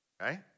right